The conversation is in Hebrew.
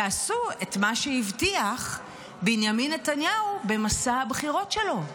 תעשו את מה שהבטיח בנימין נתניהו במסע הבחירות שלו: